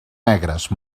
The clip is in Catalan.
negres